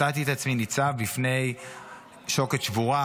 מצאתי את עצמי ניצב בפני שוקת שבורה,